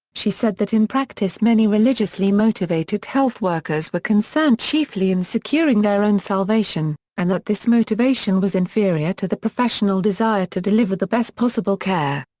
she said that in practice many religiously motivated health workers were concerned chiefly in securing their own salvation, and that this motivation was inferior to the professional desire to deliver the best possible care.